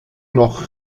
noch